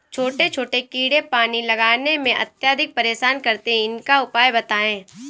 छोटे छोटे कीड़े पानी लगाने में अत्याधिक परेशान करते हैं इनका उपाय बताएं?